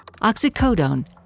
Oxycodone